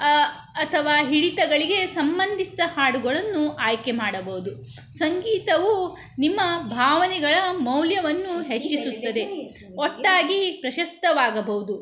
ಅಥವಾ ಹಿಡಿತಗಳಿಗೆ ಸಂಬಂಧಿಸಿದ ಹಾಡುಗಳನ್ನು ಆಯ್ಕೆ ಮಾಡಬೌದು ಸಂಗೀತವು ನಿಮ್ಮ ಭಾವನೆಗಳ ಮೌಲ್ಯವನ್ನು ಹೆಚ್ಚಿಸುತ್ತದೆ ಒಟ್ಟಾಗಿ ಪ್ರಶಸ್ತವಾಗಭೌದು